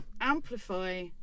Amplify